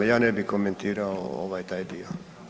Ja ne bih komentirao ovaj taj dio.